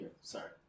sorry